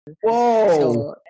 Whoa